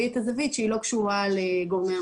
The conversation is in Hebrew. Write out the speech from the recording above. את הזווית שהיא לא קשורה לגורמי הרשות.